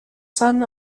son